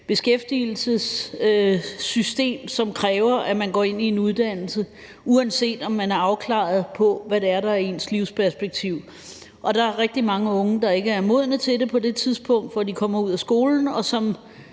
beskæftigelsessystem, som kræver, at man går ind i en uddannelse, uanset om man er afklaret på, hvad det er, der er ens livsperspektiv, og der er rigtig mange unge, der ikke er modne til det på det tidspunkt, hvor de kommer ud af skolen, og som